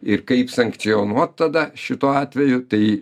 ir kaip sankcionuot tada šituo atveju tai